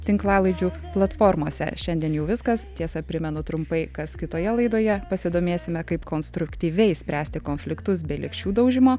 tinklalaidžių platformose šiandien jau viskas tiesa primenu trumpai kas kitoje laidoje pasidomėsime kaip konstruktyviai spręsti konfliktus be lėkščių daužymo